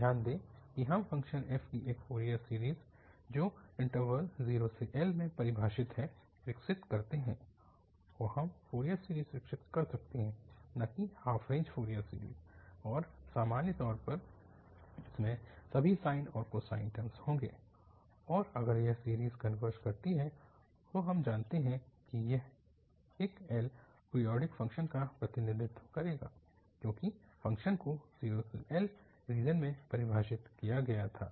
ध्यान दें कि हम फ़ंक्शन f की एक फ़ोरियर सीरीज़ जो इन्टरवल 0L में परिभाषित है विकसित करते हैं तो हम फ़ोरियर सीरीज़ विकसित कर सकते हैं न कि हाफ रेंज फ़ोरियर सीरीज़ और सामान्य तौर पर इसमें सभी साइन और कोसाइन टर्मस होंगे और अगर यह सीरीज़ कनवर्ज करती है तो हम जानते हैं कि यह एक L पीरियोडिक फ़ंक्शन का प्रतिनिधित्व करेगा क्योंकि फ़ंक्शन को 0L रीजन में परिभाषित किया गया था